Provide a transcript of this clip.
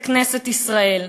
בכנסת ישראל.